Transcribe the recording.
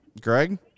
Greg